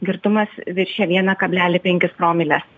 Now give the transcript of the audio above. girtumas viršijo vieną kablelį penkis promiles